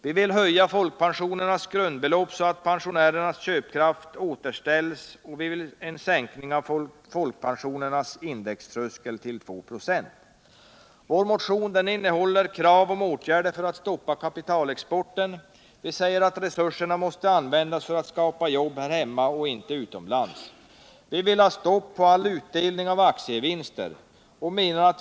Vi vill höja folkpensionernas grundbelopp, så att pensionärernas köpkraft återställs, och vi vill ha en sänkning av folkpensionernas indextröskel till 2 96. Vår motion innehåller också krav på åtgärder för att stoppa kapitalexporten. Resurserna måste användas för att skapa jobb här hemma och inte utomlands. Vi föreslår stopp för all utdelning av aktievinster.